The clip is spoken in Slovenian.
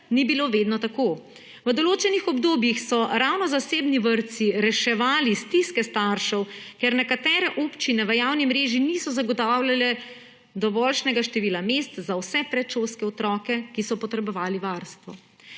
ni bilo vedno tako. V določenih obdobjih so ravno zasebni vrtci reševali stiske staršev, ker nekatere občine v javni mreži niso zagotavljale dovoljšnega števila mest za vse predšolske otroke, ki so potrebovali varstvo.